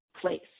place